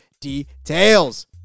details